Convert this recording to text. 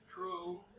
True